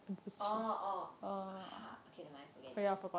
orh orh !huh! okay nevermind forget it